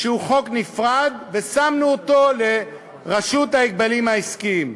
שהוא חוק נפרד, ושמנו אותו לרשות ההגבלים העסקיים.